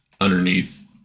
underneath